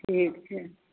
ठीक छै